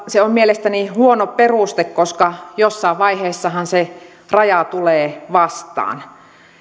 se on mielestäni huono peruste koska jossain vaiheessahan se raja tulee vastaan